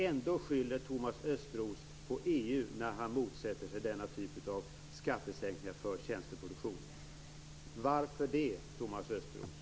Ändå skyller Thomas Östros på EU när han motsätter sig denna typ av skattesänkningar för tjänsteproduktion. Varför, Thomas Östros?